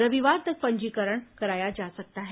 रविवार तक पंजीकरण कराया जा सकता है